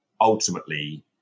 ultimately